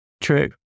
True